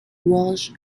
walsh